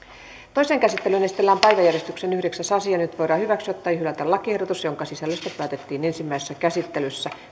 toiseen käsittelyyn esitellään päiväjärjestyksen yhdeksäs asia nyt voidaan hyväksyä tai hylätä lakiehdotus jonka sisällöstä päätettiin ensimmäisessä käsittelyssä